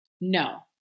No